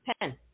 pen